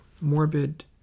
morbid